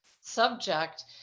subject